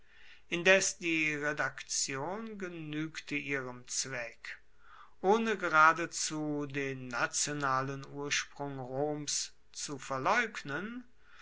indes die redaktion genuegte ihrem zweck ohne geradezu den nationalen ursprung roms zu verleugnen